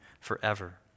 forever